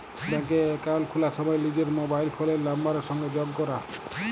ব্যাংকে একাউল্ট খুলার সময় লিজের মবাইল ফোলের লাম্বারের সংগে যগ ক্যরা